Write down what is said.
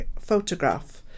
photograph